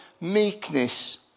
Meekness